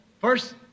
first